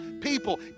people